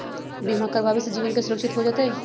बीमा करावे से जीवन के सुरक्षित हो जतई?